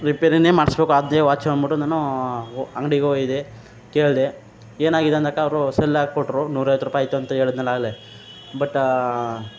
ರಿಪೇರಿನೆ ಮಾಡಿಸ್ಬೇಕು ಅದೆ ವಾಚ್ ಅಂದ್ಬಿಟು ನಾನೂ ಒ ಅಂಗ್ಡಿಗೆ ಹೋಗಿದೆ ಕೇಳಿದೆ ಏನಾಗಿದೆ ಅಂದಕ್ಕ ಅವರು ಶೆಲ್ ಹಾಕಿ ಕೊಟ್ಟರು ನೂರೈವತ್ತು ರೂಪಾಯಿ ಆಯ್ತಂತ ಹೇಳಿದ್ನಲ್ಲ ಆಗಲೆ ಬಟ್